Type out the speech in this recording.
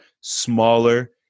smaller